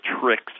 tricks